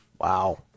Wow